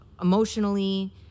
emotionally